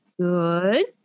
good